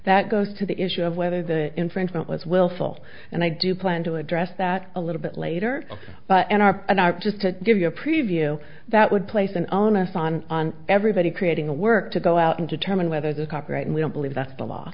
that goes to the issue of whether the infringement was willful and i do plan to address that a little bit later but an r and r just to give you a preview that would place an onus on everybody creating a work to go out and determine whether the copyright and we don't believe that's the law